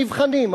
נבחנים,